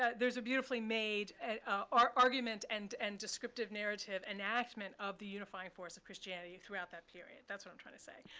there's a beautifully made and argument and and descriptive narrative enactment of the unifying force of christianity throughout that period. that's what i'm trying to say.